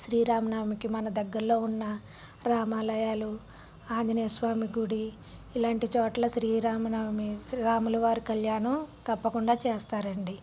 శ్రీరామనవమికి మన దగ్గరలో ఉన్న రామాలయాలు ఆంజనేయస్వామి గుడి ఇలాంటి చోట్ల శ్రీరామనవమి శ్రీరాముల వారి కళ్యాణం తప్పకుండా చేస్తారు అండి